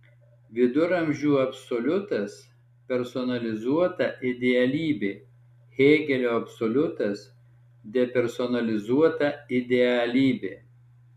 viduramžių absoliutas personalizuota idealybė hėgelio absoliutas depersonalizuota idealybė